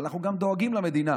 אבל אנחנו גם דואגים למדינה.